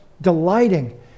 delighting